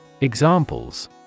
Examples